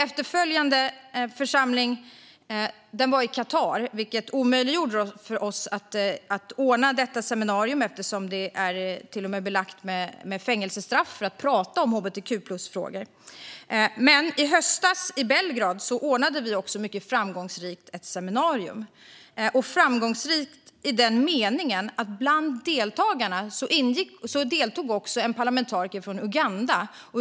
Efterföljande församling samlades i Qatar, vilket omöjliggjorde detta seminarium eftersom det till och med är belagt med fängelsestraff där att tala om hbtq-plus-frågor. Men i höstas ordnade vi framgångsrikt ett seminarium i Belgrad. Det var framgångsrikt i så måtto att bland deltagarna fanns också en parlamentariker från Uganda.